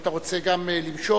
אם אתה רוצה גם למשוך,